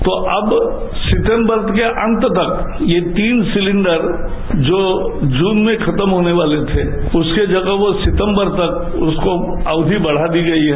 तो अब सितम्बर के अन्त तक यह तीन सिलेंडर जो जून में खत्म होने वाले थे उसकी जगह वह सितम्बर तक उसको अवधी बढ़ा दी गई है